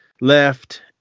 left